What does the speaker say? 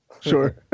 Sure